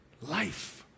life